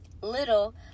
little